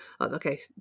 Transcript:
Okay